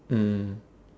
mm